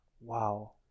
Wow